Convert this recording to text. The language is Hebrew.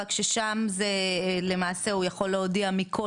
רק ששם זה למעשה הוא יכול להודיע מכל